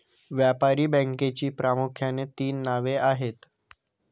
व्यापारी बँकेची प्रामुख्याने तीन नावे आहेत